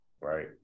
right